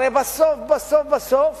הרי בסוף בסוף